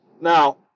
now